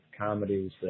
comedies